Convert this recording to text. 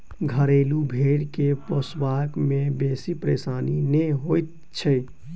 घरेलू भेंड़ के पोसबा मे बेसी परेशानी नै होइत छै